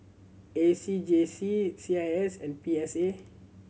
A C J C C I S and P S A